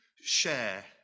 share